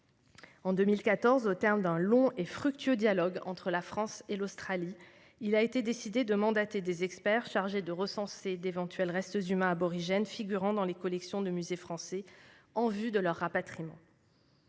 En 2014, au terme d'un long et fructueux dialogue entre la France et l'Australie, il a été décidé de mandater des experts chargés de recenser d'éventuels restes humains aborigènes figurant dans les collections des musées français en vue de leur rapatriement.